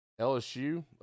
LSU